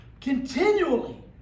continually